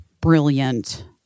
brilliant